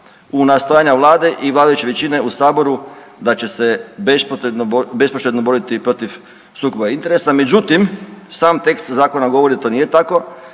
u nastojanja vlade i vladajuće većine u saboru da će se bespoštedno boriti protiv sukoba interesa, međutim sam tekst zakona govori to nije tako,